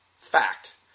Fact